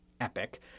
epic